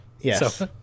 Yes